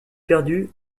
perdu